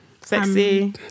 Sexy